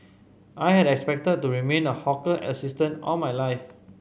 I had expected to remain a hawker assistant all my life